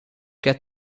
get